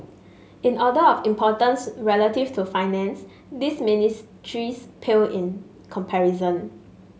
in order of importance relative to finance these ministries pale in comparison